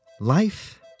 Life